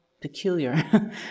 peculiar